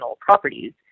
properties